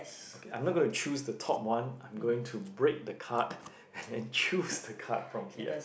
okay I'm not going to choose the top one I'm going to break the card and choose the card from here